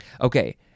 Okay